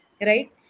right